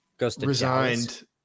resigned